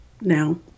now